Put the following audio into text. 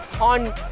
on